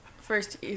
First